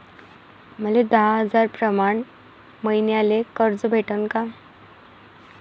मले दहा हजार प्रमाण मईन्याले कर्ज भेटन का?